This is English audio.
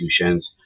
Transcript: institutions